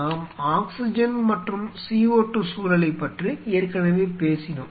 நாம் ஆக்ஸிஜன் மற்றும் CO2 சூழலைப் பற்றி ஏற்கனவே பேசினோம்